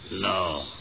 No